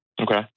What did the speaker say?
Okay